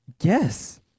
Yes